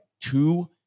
two